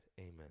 Amen